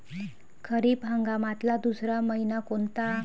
खरीप हंगामातला दुसरा मइना कोनता?